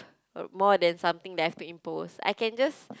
more than something that I have to impose I can just